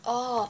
oh